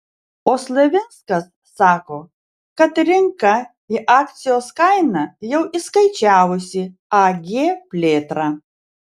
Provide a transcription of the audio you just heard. o slavinskas sako kad rinka į akcijos kainą jau įskaičiavusi ag plėtrą